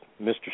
Mr